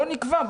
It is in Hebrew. בוא נקבע,